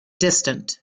distance